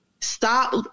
Stop